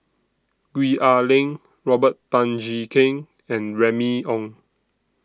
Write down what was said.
Gwee Ah Leng Robert Tan Jee Keng and Remy Ong